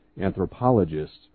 anthropologists